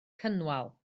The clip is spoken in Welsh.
cynwal